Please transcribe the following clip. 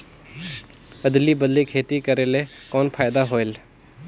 अदली बदली खेती करेले कौन फायदा होयल?